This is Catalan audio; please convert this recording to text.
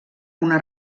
una